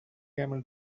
camel